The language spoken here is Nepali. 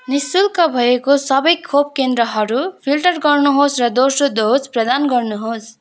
नि शुल्क भएको सबै खोप केन्द्रहरू फिल्टर गर्नुहोस् र दोस्रो डोज प्रदान गर्नुहोस्